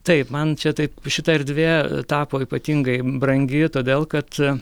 taip man čia tai šita erdvė tapo ypatingai brangi todėl kad